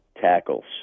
tackles